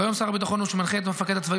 כיום שר הביטחון הוא שמנחה את המפקד הצבאי